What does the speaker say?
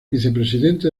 vicepresidente